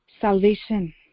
salvation